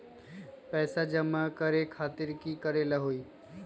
पैसा जमा करे खातीर की करेला होई?